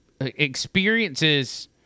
experiences